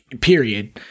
period